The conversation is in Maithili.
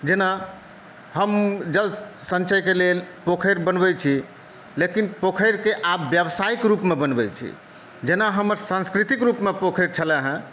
जेना हम जलसंचयक लेल पोखरि बनबै छी लेकिन पोखरिकेॅं आब व्यावसायिक रूपमे बनबै छी जेना हमर सांस्कृतिक रूपमे पोखरि छलए हँ